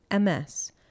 MS